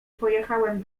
pojechałem